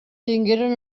tingueren